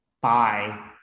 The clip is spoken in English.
Bye